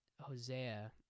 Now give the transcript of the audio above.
Hosea